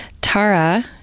Tara